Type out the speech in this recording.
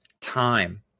time